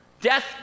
Death